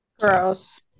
Gross